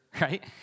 right